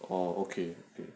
oh okay okay